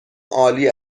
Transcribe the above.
عالی